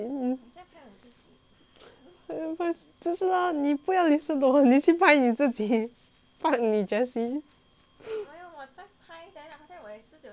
就是咯你不要 listen to 我你去拍你自己 fuck 你 jessie